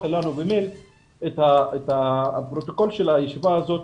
לנו במייל את הפרוטוקול של הישיבה הזאת.